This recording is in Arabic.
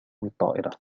الطائرة